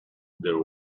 there